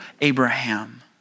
Abraham